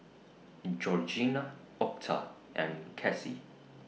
Georgianna Octa and Kassie